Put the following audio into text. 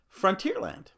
Frontierland